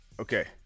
Okay